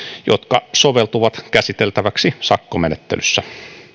jotka soveltuvat käsiteltäviksi sakkomenettelyssä